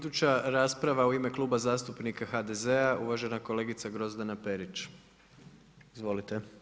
Iduća rasprava u ime Kluba zastupnika HDZ-a uvažena kolegica Grozdana Perić, izvolite.